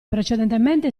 precedentemente